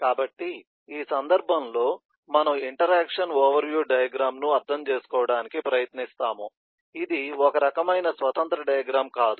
కాబట్టి ఈ సందర్భంలో మనము ఇంటరాక్షన్ ఓవర్ వ్యూ డయాగ్రమ్ ను అర్థం చేసుకోవడానికి ప్రయత్నిస్తాము ఇది ఒక రకమైన స్వతంత్ర డయాగ్రమ్ కాదు